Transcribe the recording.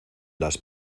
las